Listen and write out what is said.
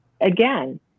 again